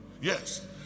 Yes